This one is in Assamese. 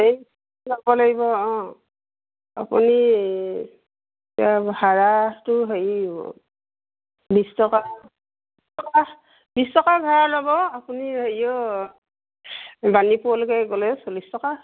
যাব লাগিব অঁ আপুনি ভাড়াটো হেৰি বিছ টকা বিছ টকা ভাড়া ল'ব আপুনি হেৰিয় বাণীপুৰলৈকে গ'লে চল্লিছ টকা